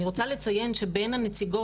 אני רוצה לציין שבין הנציגות,